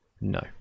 No